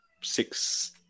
six